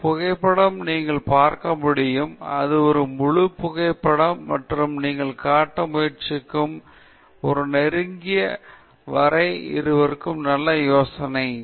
ஒரு புகைப்படத்தில் நீங்கள் பார்க்க முடியும் என அது ஒரு முழு புகைப்பட மற்றும் நீங்கள் காட்ட முயற்சி என்ன ஒரு நெருங்கிய வரை இருவரும் நல்ல யோசனை